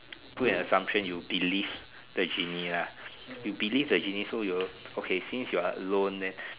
put an assumption you believe the genie ah you believe the genie so you okay since you're alone then